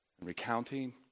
recounting